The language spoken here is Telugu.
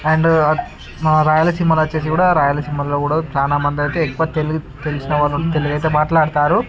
అండ్ మా రాయలసీమలో వచ్చేసి కూడా రాయలసీమలో కూడా చాలా మంది అయితే ఎక్కువ తెలు తెలిసిన వాళ్ళు తెలుగు అయితే మాట్లాడతారు